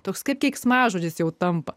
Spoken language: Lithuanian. toks kaip keiksmažodis jau tampa